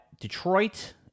Detroit